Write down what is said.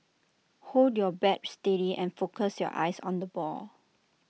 hold your bat steady and focus your eyes on the ball